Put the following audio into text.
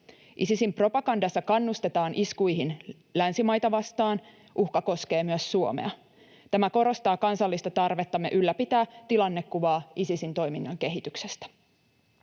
Isisin propagandassa kannustetaan iskuihin länsimaita vastaan. Uhka koskee myös Suomea. Tämä korostaa kansallista tarvettamme ylläpitää tilannekuvaa Isisin toiminnan kehityksestä.